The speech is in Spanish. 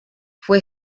fue